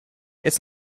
it’s